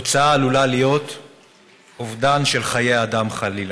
התוצאה עלולה להיות אובדן של חיי אדם, חלילה.